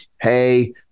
hey